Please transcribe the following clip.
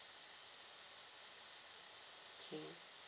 K